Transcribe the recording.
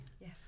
yes